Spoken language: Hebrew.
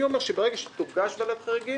אני אומר שברגע שתוגש פנייה לוועדת החריגים